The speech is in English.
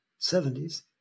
70s